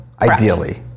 Ideally